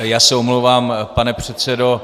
Já se omlouvám, pan předsedo.